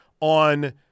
on